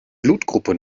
blutgruppe